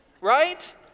right